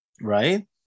Right